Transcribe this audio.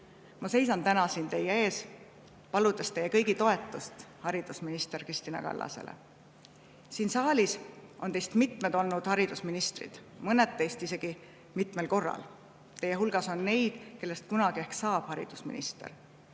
Ma seisan täna siin teie ees, paludes teie kõigi toetust haridusminister Kristina Kallasele. Siin saalis on mitu endist haridusministrit, mõni on seda olnud isegi mitmel korral. Teie hulgas on neid, kellest kunagi ehk saab haridusminister.